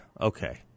Okay